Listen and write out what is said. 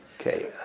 Okay